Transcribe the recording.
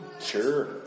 Sure